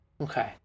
Okay